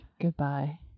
Goodbye